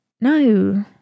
No